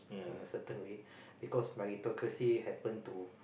in a certain way because meritocracy happen to